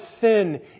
sin